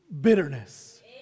bitterness